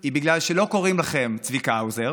היא בגלל שלא קוראים לכם צביקה האוזר